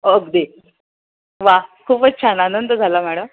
अगदी वा खूपच छान आनंद झाला मॅडम